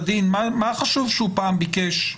אני לא מבין מה זה חשוב שהוא ביקש פעם